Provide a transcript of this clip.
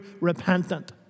repentant